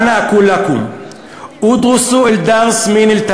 (בערבית: ודבר אחרון, )